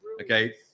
okay